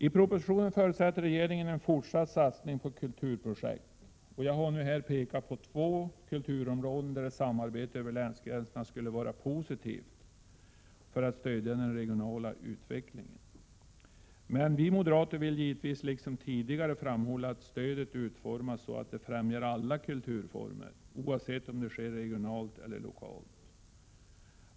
I propositionen förutsätts en fortsatt satsning på kulturprojekt. Jag har här pekat på två kulturområden, där ett samarbete över länsgränserna skulle vara positivt för att stödja den regionala utvecklingen. Men vi moderater vill givetvis, liksom tidigare, framhålla att stödet bör utformas så, att det främjar alla kulturformer, oavsett om det sker regionalt eller lokalt.